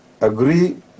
agree